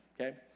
okay